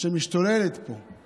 שמשתוללת פה,